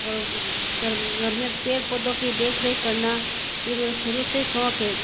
और घर घर में पेड़ पौधों की देखरेख करना यह मेरे शुरू से शौक़ है